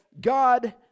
God